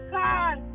god